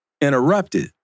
interrupted